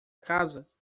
casa